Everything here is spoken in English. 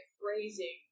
phrasing